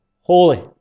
holy